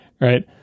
right